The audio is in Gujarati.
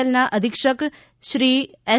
એલના અધિક્ષક શ્રી એસ